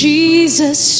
Jesus